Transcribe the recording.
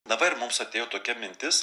na va ir mums atėjo tokia mintis